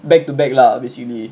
back to back lah basically